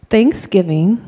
Thanksgiving